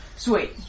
Sweet